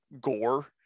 gore